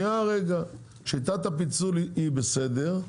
שניה רגע, שיטת הפיצול היא בסדר,